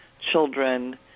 children